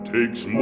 Takes